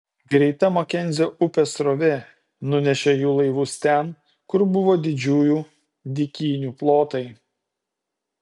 greita makenzio upės srovė nunešė jų laivus ten kur buvo didžiųjų dykynių plotai